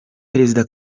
perezida